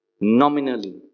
nominally